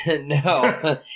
No